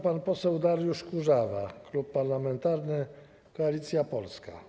Pan poseł Dariusz Kurzawa, Klub Parlamentarny Koalicja Polska.